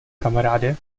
kamaráde